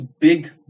big